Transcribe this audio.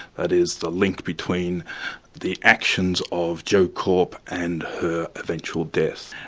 that is, the link between the actions of joe korp and her eventual death.